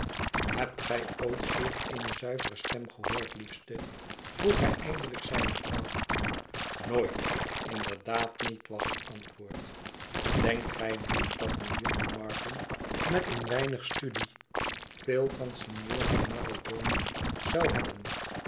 hebt gij ooit zulk eene zuivere stem gehoord liefste vroeg hij eindelijk zijne vrouw nooit inderdaad niet was het antwoord denkt gij niet dat mejuffer martin met een weinig studie veel van signora marro boni zou hebben